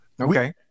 Okay